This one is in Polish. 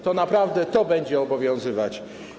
To naprawdę co będzie obowiązywać?